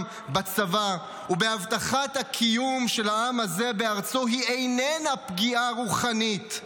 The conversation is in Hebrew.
בצבא ובהבטחת הקיום של העם הזה בארצו היא איננה פגיעה רוחנית,